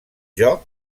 joc